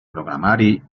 programari